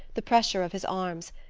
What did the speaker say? the pressure of his arms,